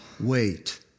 Wait